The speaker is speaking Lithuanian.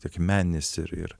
tiek meninės ir ir